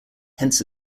hence